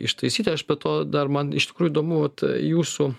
ištaisyti aš be to dar man iš tikrųjų įdomu vat jūsų